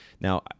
Now